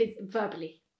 verbally